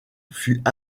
fut